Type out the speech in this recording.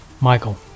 Michael